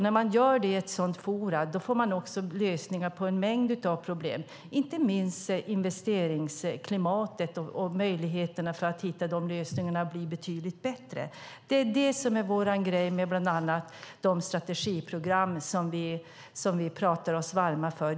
När man gör det i ett sådant forum får man lösningar på en mängd problem, inte minst investeringsklimatet, och möjligheterna att hitta lösningarna blir betydligt bättre. Det är det som är vår grej med bland annat de strategiprogram som vi pratar oss varma för.